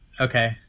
Okay